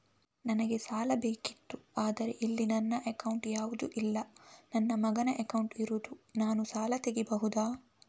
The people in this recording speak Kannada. ನನಗೆ ಸಾಲ ಬೇಕಿತ್ತು ಆದ್ರೆ ಇಲ್ಲಿ ನನ್ನ ಅಕೌಂಟ್ ಯಾವುದು ಇಲ್ಲ, ನನ್ನ ಮಗನ ಅಕೌಂಟ್ ಇರುದು, ನಾನು ಸಾಲ ತೆಗಿಬಹುದಾ?